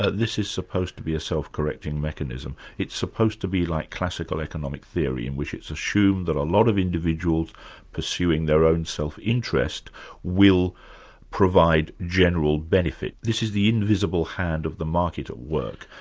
ah this is supposed to be a self-correcting mechanism it's supposed to be like classical economic theory, in which it's assumed that a lot of individuals pursuing their own self-interest will provide general benefit. this is the invisible hand of the market at work.